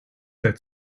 that